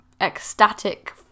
ecstatic